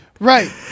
Right